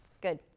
Good